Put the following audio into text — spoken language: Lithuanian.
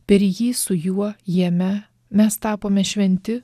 per jį su juo jame mes tapome šventi